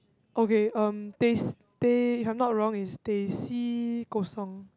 okay um teh-C teh if I'm not wrong it's teh-C-kosong